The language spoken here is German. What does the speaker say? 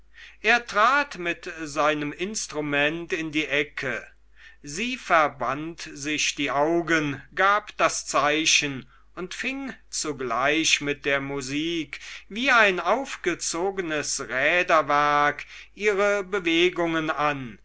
er trat mit seinem instrumente in die ecke sie verband sich die augen gab das zeichen und fing zugleich mit der musik wie ein aufgezogenes räderwerk ihre bewegungen an